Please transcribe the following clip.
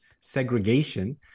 Segregation